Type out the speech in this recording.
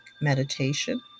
meditation